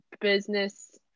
business